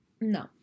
No